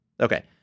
Okay